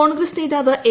കോൺഗ്രസ് നേതാവ് എ